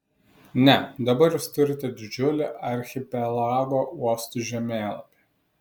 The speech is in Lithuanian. ne dabar jūs turite didžiulį archipelago uostų žemėlapį